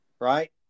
Right